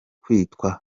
kwitwa